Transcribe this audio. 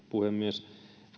puhemies